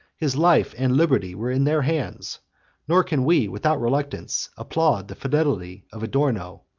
his life and liberty were in their hands nor can we, without reluctance, applaud the fidelity of adorno,